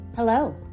Hello